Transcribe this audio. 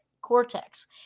cortex